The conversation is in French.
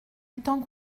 luttant